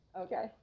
Okay